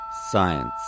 Science